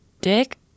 dick